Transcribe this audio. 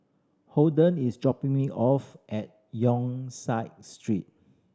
Holden is dropping me off at Yong Street